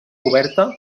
oberta